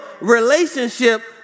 relationship